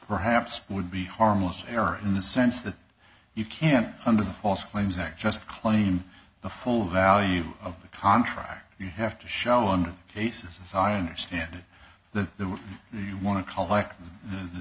perhaps would be harmless error in the sense that you can't under the false claims act just claim the full value of the contract you have to show under the cases as i understand it the more you want to collect the